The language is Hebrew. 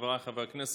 חבריי חברי הכנסת,